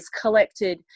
collected